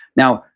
now,